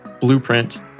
blueprint